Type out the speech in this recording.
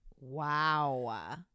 Wow